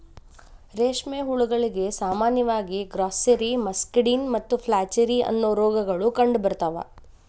ರೇಷ್ಮೆ ಹುಳಗಳಿಗೆ ಸಾಮಾನ್ಯವಾಗಿ ಗ್ರಾಸ್ಸೆರಿ, ಮಸ್ಕಡಿನ್ ಮತ್ತು ಫ್ಲಾಚೆರಿ, ಅನ್ನೋ ರೋಗಗಳು ಕಂಡುಬರ್ತಾವ